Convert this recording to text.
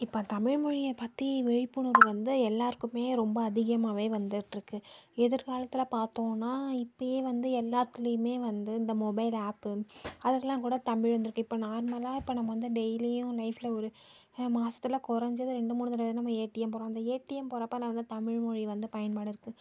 இப்போ தமிழ் மொழியை பற்றி விழிப்புணர்வு வந்து எல்லாருக்குமே ரொம்ப அதிகமாகவே வந்துட்டிருக்கு எதிர்காலத்தில் பார்த்தோன்னா இப்பவே வந்து எல்லாத்திலையுமே வந்து இந்த மொபைல் ஆப் அதுக்கெலாம் கூட தமிழ் வந்திருக்கு இப்போ நார்மலாக இப்போ நம்ம வந்து டெய்லியும் லைஃப்ல ஒரு மாசத்தில் குறஞ்சது ரெண்டு மூணு தடவையாவது நம்ம ஏடிஎம் போகிறோம் அந்த ஏடிஎம் போகிறப்ப நாங்கள் தமிழ்மொழி வந்து பயன்பாடாக இருக்குது